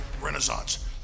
renaissance